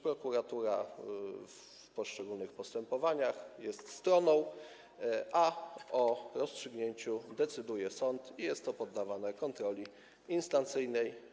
Prokuratura w poszczególnych postępowaniach jest stroną, a o rozstrzygnięciu decyduje sąd i jest to poddawane instancyjnej kontroli.